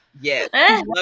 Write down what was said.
Yes